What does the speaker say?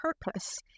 purpose